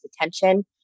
attention